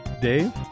Dave